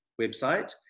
website